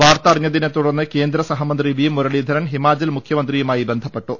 വാർത്ത അറിഞ്ഞതിനെ തുടർന്ന് കേന്ദ്ര സൃഹമന്ത്രി വി മുരളീധരൻ ഹിമാചൽ മുഖ്യമന്ത്രിയുമായി ബന്ധപ്പെട്ടു